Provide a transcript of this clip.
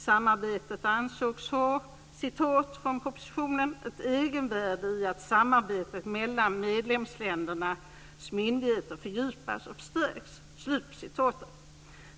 Samarbetet ansågs ha, jag citerar från propositionen: "ett egenvärde i det att samarbetet mellan medlemsländernas myndigheter fördjupas och förstärks."